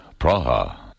Praha